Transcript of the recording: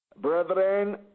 Brethren